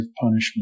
punishment